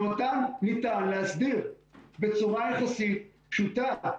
ואותן ניתן להסדיר בצורה יחסית פשוטה אחת.